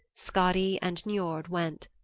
skadi and niord went.